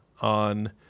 on